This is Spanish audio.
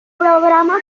programa